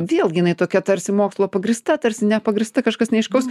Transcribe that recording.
vėlgi jinai tokia tarsi mokslo pagrįsta tarsi nepagrįsta kažkas neaiškaus